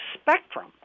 spectrum